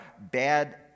bad